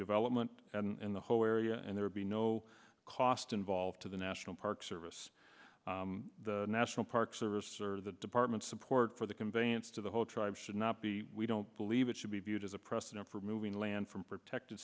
development and the whole area and there would be no cost involved to the national park service the national park service or the department support for the conveyance to the whole tribe should not be we don't believe it should be viewed as a precedent for moving land from protected